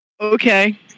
Okay